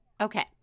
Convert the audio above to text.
Okay